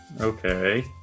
Okay